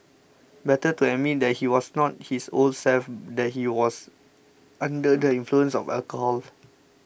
better to admit that he was not his old self that he was under the influence of alcohol